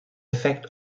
effect